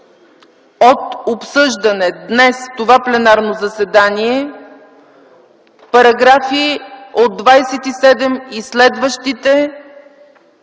от обсъждане днес в това пленарно заседание параграфи от 27 и следващите,